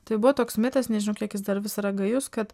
tai buvo toks mitas nežinau kiek jis dar vis yra gajus kad